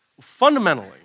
Fundamentally